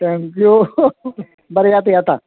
thank you बरें येता येता